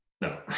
no